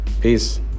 Peace